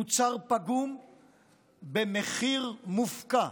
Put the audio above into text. מוצר פגום במחיר מופקע,